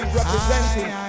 representing